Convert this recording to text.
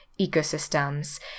ecosystems